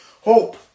Hope